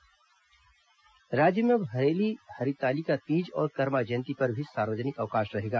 सार्वजनिक अवकाश राज्य में अब हरेली हरितालिका तीज और कर्मा जयंती पर सार्वजनिक अवकाश रहेगा